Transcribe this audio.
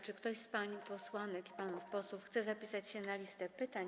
Czy ktoś z pań posłanek i panów posłów chce zapisać się na liście pytań?